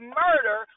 murder